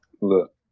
look